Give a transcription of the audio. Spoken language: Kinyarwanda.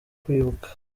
kwibuka